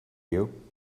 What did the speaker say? you